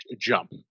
jump